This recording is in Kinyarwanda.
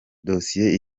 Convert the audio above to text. dosiye